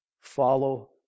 follow